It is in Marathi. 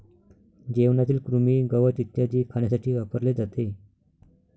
जेवणातील कृमी, गवत इत्यादी खाण्यासाठी वापरले जाते